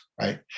right